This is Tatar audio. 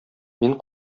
мин